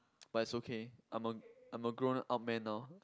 but it's okay I'm a I'm a grown up man now